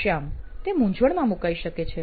શ્યામ તે મૂંઝવણમાં મૂકાઈ શકે છે